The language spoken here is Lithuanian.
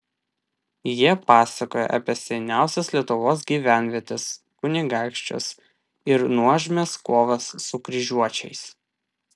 jie pasakoja apie seniausias lietuvos gyvenvietes kunigaikščius ir nuožmias kovas su kryžiuočiais